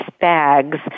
bags